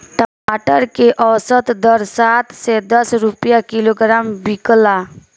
टमाटर के औसत दर सात से दस रुपया किलोग्राम बिकला?